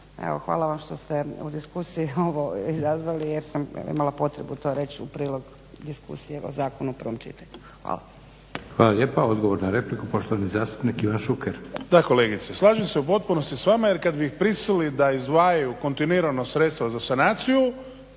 hvala vam što ste u diskusiji ovo izazvali jer sam, evo imala potrebu to reći u prilog diskusije evo o zakonu u prvom čitanju. Hvala. **Leko, Josip (SDP)** Hvala lijepa. Odgovor na repliku poštovani zastupnik Ivan Šuker. **Šuker, Ivan (HDZ)** Da kolegice, slažem se u potpunosti s vama. Jer kad bi ih prisilili da izdvajaju kontinuirano sredstva za sanaciju,